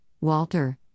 Walter